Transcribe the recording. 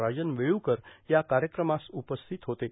राजन वेळुकर या कार्यक्रमात उपस्थित होत्या